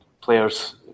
players